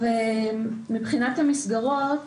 מבחינת המסגרות,